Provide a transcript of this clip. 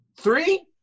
Three